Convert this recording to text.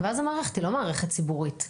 ואז המערכת היא לא מערכת ציבורית.